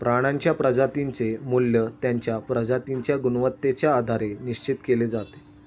प्राण्यांच्या प्रजातींचे मूल्य त्यांच्या प्रजातींच्या गुणवत्तेच्या आधारे निश्चित केले जाते